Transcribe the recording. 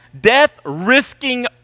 death-risking